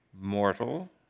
mortal